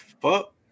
fuck